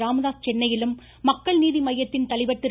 ராமதாஸ் சென்னையிலும் மக்கள் நீதி மய்யத்தின் தலைவர் திரு